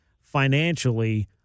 financially